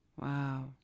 Wow